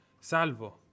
Salvo